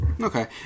Okay